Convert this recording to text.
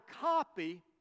copy